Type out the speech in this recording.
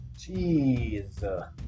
Jeez